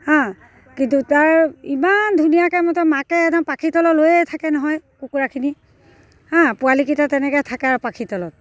হাঁ কিন্তু তাৰ ইমান ধুনীয়াকৈ মতে মাকে একদম পাখীৰ তলত লৈয়ে থাকে নহয় কুকুৰাখিনি হাঁ পোৱালিকেইটা তেনেকৈ থাকে আৰু পাখিৰ তলত